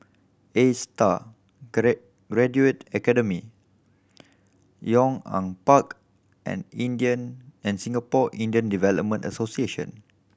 Astar Graduate Academy Yong An Park and Indian and Singapore in the Development Association